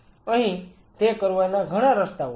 અહી તે કરવાના ઘણા રસ્તાઓ છે